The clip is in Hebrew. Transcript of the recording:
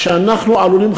ואנחנו עלולים,